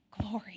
glory